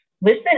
Listen